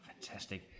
Fantastic